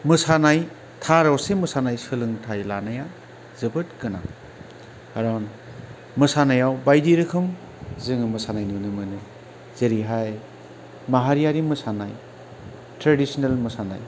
मोसानाय थार असे मोसानाय सोलोंथाय लानाया जोबोद गोनां कारन मोसानायाव बायदि रोखोम जोङो मोसानाय नुनो मोनो जेरैहाय माहारियारि मोसानाय ट्रेडिसिनेल मोसानाय